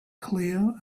clear